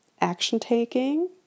action-taking